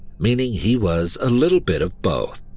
meaning he was a little bit of both.